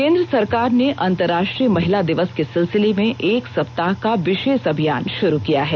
केन्द्र सरकार ने अंतर्राष्ट्रीय महिला दिवस के सिलसिले में एक सप्ताह का विशेष अभियान शुरू किया है